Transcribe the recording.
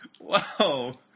wow